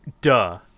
duh